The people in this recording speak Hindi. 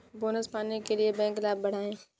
बोनस पाने के लिए बैंक लाभ बढ़ाएं